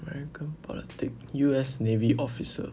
american politic U_S navy officer